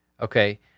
Okay